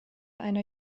einer